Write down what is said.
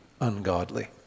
ungodly